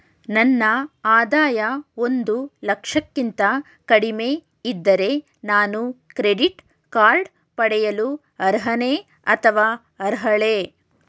ನನ್ನ ಆದಾಯ ಒಂದು ಲಕ್ಷಕ್ಕಿಂತ ಕಡಿಮೆ ಇದ್ದರೆ ನಾನು ಕ್ರೆಡಿಟ್ ಕಾರ್ಡ್ ಪಡೆಯಲು ಅರ್ಹನೇ ಅಥವಾ ಅರ್ಹಳೆ?